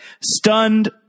stunned